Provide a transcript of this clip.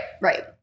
right